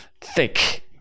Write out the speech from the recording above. thick